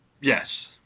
yes